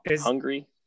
hungry